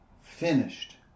finished